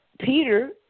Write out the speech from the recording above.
Peter